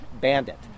bandit